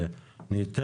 כי אנחנו